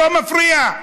לא מפריע.